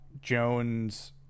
Jones